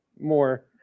More